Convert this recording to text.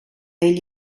ell